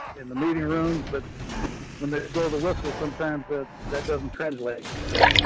in the meeting rooms. but when they blow the whistle, sometimes that that doesn't translate. so